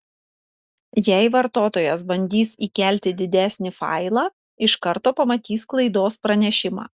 jei vartotojas bandys įkelti didesnį failą iš karto pamatys klaidos pranešimą